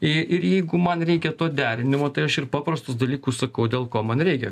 ir jeigu man reikia to derinimo tai aš ir paprastus dalykus sakau dėl ko man reikia